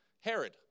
Herod